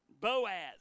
Boaz